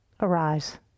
arise